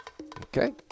Okay